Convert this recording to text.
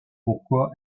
pourquoi